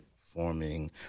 forming